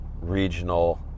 Regional